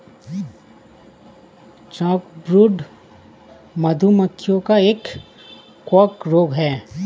chalkbrood, मधु मक्खियों का एक कवक रोग है